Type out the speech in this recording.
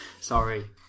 Sorry